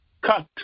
cut